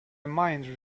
mind